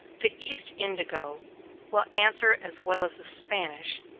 the east indigo will answer as well as the spanish,